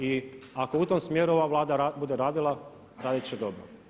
I ako u tom smjeru ova Vlada bude radila, radit će dobro.